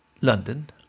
London